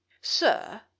sir